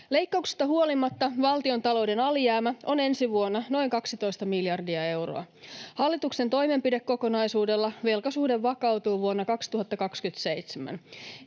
Leikkauksista huolimatta valtiontalouden alijäämä on ensi vuonna noin 12 miljardia euroa. Hallituksen toimenpidekokonaisuudella velkasuhde vakautuu vuonna 2027.